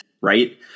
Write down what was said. right